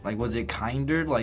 like was it kinder? like